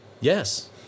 Yes